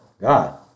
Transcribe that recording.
God